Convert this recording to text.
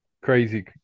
crazy